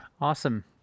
Awesome